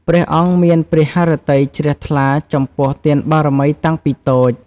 ព្រះអង្គមានព្រះហឫទ័យជ្រះថ្លាចំពោះទានបារមីតាំងពីតូច។